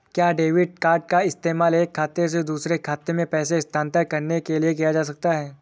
क्या debit card का इस्तेमाल एक खाते से दूसरे खाते में पैसे स्थानांतरण करने के लिए किया जा सकता है?